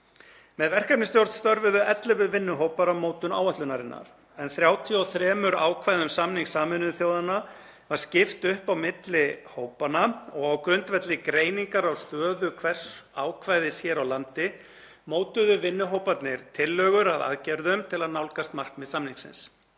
Með verkefnisstjórn störfuðu ellefu vinnuhópur að mótun áætlunarinnar, en 33 ákvæðum samnings Sameinuðu þjóðanna var skipt upp á milli hópanna og á grundvelli greiningar á stöðu hvers ákvæðis hér á landi mótuðu vinnuhóparnir tillögur að aðgerðum til að nálgast markmið samningsins.